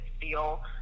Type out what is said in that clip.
feel